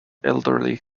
elderly